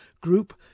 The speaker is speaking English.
Group